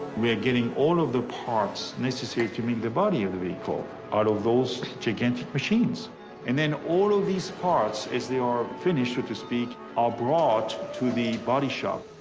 we are getting all of the parts necessary to meet the body of the vehicle out of those gigantic machines and then all of these parts as they are finished so to speak abroad to the body shop.